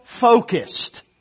focused